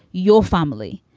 your family,